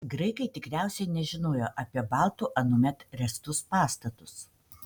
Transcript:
graikai tikriausiai nežinojo apie baltų anuomet ręstus pastatus